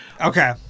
Okay